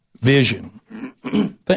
Vision